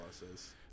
process